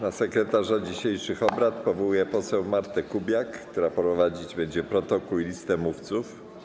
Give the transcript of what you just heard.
Na sekretarza dzisiejszych obrad powołuję poseł Martę Kubiak, która prowadzić będzie protokół i listę mówców.